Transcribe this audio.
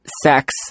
sex